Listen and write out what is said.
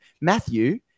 Matthew